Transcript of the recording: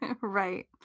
right